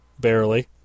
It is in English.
Barely